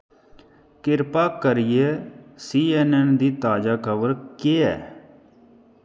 किरपा करियै C N N दी ताजा खबर केह् ऐ